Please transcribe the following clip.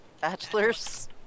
Bachelors